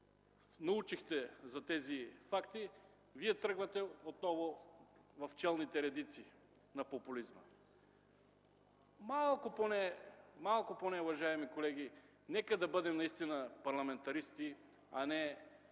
научихте за тези факти – Вие тръгвате отново в челните редици на популизма! Нека поне малко, уважаеми колеги, да бъдем парламентаристи, а не